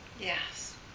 Yes